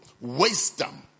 wisdom